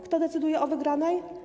Kto decyduje o wygranej?